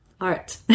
art